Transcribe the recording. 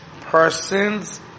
person's